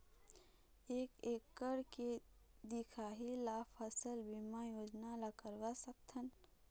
एक एकड़ के दिखाही ला फसल बीमा योजना ला करवा सकथन?